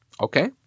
Okay